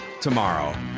tomorrow